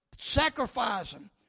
sacrificing